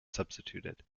substituted